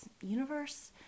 universe